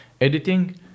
editing